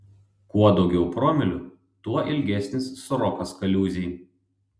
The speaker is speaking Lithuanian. kuo daugiau promilių tuo ilgesnis srokas kaliūzėj